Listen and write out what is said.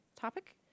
topic